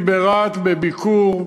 הייתי ברהט בביקור,